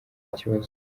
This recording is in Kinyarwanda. kibazo